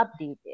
updated